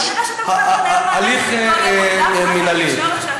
יש הליך מינהלי.